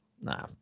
Nah